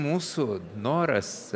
mūsų noras